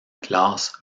classe